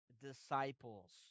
disciples